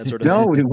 No